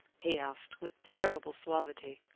he asked with terrible suavity.